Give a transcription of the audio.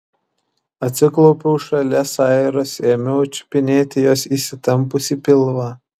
atsiklaupiau šalia sairos ėmiau čiupinėti jos įsitempusį pilvą